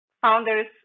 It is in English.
founders